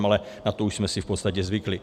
Ale na to už jsme si v podstatě zvykli.